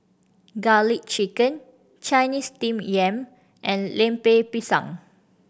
Garlic Chicken Chinese Steamed Yam and Lemper Pisang